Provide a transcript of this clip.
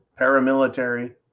paramilitary